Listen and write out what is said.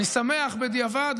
ואני שמח, בדיעבד.